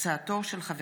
הצעת חוק העמותות (תיקון,